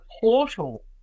portal